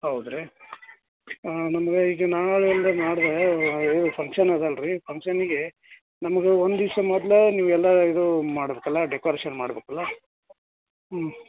ಹೌದು ರೀ ನಮ್ಗೆ ಈಗ ನಾಳೆ ಇಲ್ಲಾ ನಾಡ್ದು ಫಂಕ್ಷನ್ ಇದೆ ಅಲ್ಲ ರಿ ಫಂಕ್ಷನ್ನಿಗೆ ನಮ್ಗೆ ಒಂದು ದಿವಸ ಮೊದ್ಲು ನೀವು ಎಲ್ಲಾ ಇದು ಮಾಡ್ಬೇಕಲ್ಲ ಡೆಕೊರೇಷನ್ ಮಾಡ್ಬೇಕಲ್ಲ ಹ್ಞೂ